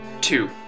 Two